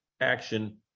action